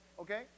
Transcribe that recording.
okay